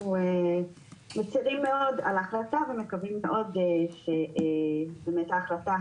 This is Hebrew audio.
אנחנו מצרים מאוד על ההחלטה ומקווים מאוד שבאמת ההחלטה